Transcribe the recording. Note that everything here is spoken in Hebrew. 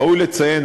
ראוי לציין,